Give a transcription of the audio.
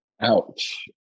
Ouch